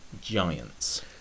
Giants